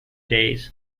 days